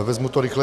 Vezmu to rychle.